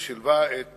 ושילבה את